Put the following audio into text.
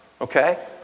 okay